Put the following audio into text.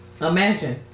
Imagine